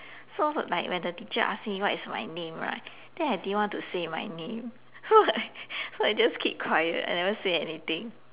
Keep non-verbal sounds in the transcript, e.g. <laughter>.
so like when the teacher ask me what is my name right then I didn't want to say my name so like <laughs> so I just keep quiet I never say anything